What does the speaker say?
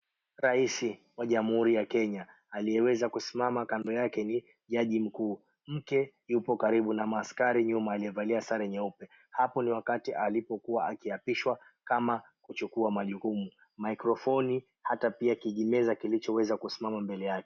Raisi wa jamhuri ya Kenya. Aliyeweza kusimama kando yake ni jaji mkuu, mke yupo karibu na maaskari nyuma aliyevalia sare nyeupe. Hapo ni wakati alipokuwa akiapishwa kama kuchukua majukumu, mikrofoni hata pia kijimeza kilichoweza kusimama mbele yake.